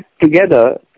together